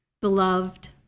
Beloved